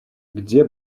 где